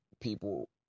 people